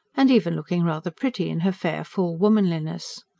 and even looking rather pretty, in her fair, full womanliness.